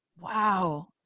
wow